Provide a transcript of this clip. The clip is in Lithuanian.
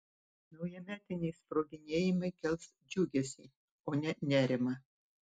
naujametiniai sproginėjimai kels džiugesį o ne nerimą